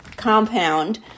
compound